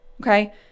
okay